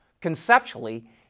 Conceptually